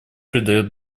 придает